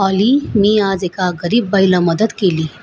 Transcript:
ऑली मी आज एका गरीब बाईला मदत केली